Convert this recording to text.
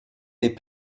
des